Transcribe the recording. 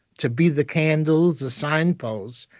to be the candles, the signposts,